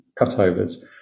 cutovers